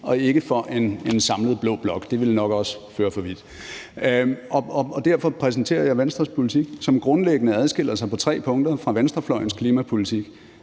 og ikke for en samlet blå blok – det ville nok også at føre for vidt. Derfor præsenterer jeg Venstres politik, som grundlæggende adskiller sig fra venstrefløjens klimapolitik